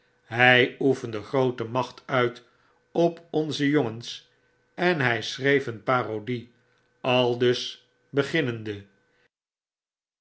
htf oefende groote macht uit op onze jongens en hy schreef een parodie aldus beginnende